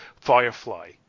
Firefly